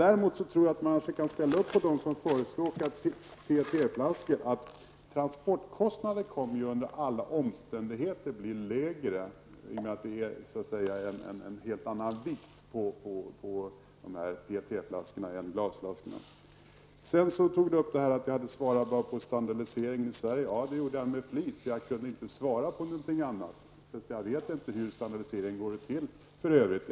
Däremot tror jag att vi kan hålla med dem som förespråkar PET-flaskor. Transportkostnaderna blir under alla omständigheter lägre genom att PET-flaskorna har en betydligt lägre vikt än glasflaskorna. Det var på flit som jag talade om standardisering enbart i Sverige. Jag kunde inte svara på något annat, eftersom jag inte vet hur standardiseringen går till överallt utomlands.